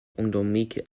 endémique